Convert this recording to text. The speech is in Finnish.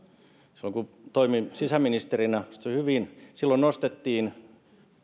silloin kun toimin sisäministerinä hyvin nostettiin